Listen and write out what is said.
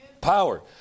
Power